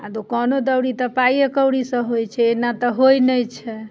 आओर दोकानो दौरी तऽ पाइए कौड़ीसँ होइ छै एना तऽ होइ नहि छै